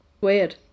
Weird